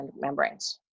membranes